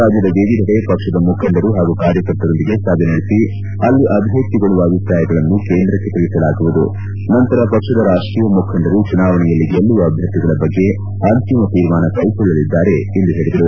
ರಾಜ್ಯದ ವಿವಿಧೆಡೆ ಪಕ್ಷದ ಮುಖಂಡರು ಹಾಗೂ ಕಾರ್ಯಕರ್ತರೊಂದಿಗೆ ಸಭೆ ನಡೆಸಿ ಅಭಿವ್ವಕ್ತಗೊಳ್ಳುವ ಅಭಿಪ್ರಾಯಗಳನ್ನು ಕೇಂದ್ರಕ್ಕೆ ತಿಳಿಸಲಾಗುವುದುನಂತರ ಪಕ್ಷದ ರಾಷ್ಷೀಯ ಮುಖಂಡರು ಚುನಾವಣೆಯಲ್ಲಿ ಗೆಲ್ಲುವ ಅಭ್ಯರ್ಥಿಗಳ ಬಗ್ಗೆ ಅಂತಿಮ ತೀರ್ಮಾನ ಕೈಗೊಳ್ಳಲಿದ್ದಾರೆ ಎಂದು ಹೇಳಿದರು